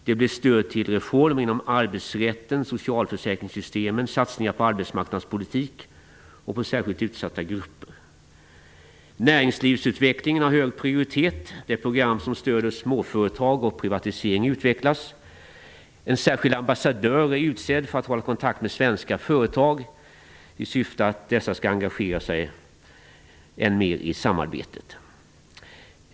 Det blir stöd till reformer inom arbetsrätten, socialförsäkringssystemen, satsningar på arbetsmarknadspolitik och på särskilt utsatta grupper. Näringslivsutvecklingen har hög prioritet. Det program som stöder småföretag och privatisering utvecklas. En särskild ambassadör är utsedd för att hålla kontakt med svenska företag i syfte att dessa skall engagera sig än mer i samarbetet.